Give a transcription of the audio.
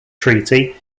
treaty